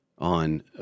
On